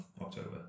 October